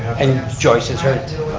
and joyce has heard too.